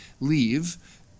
leave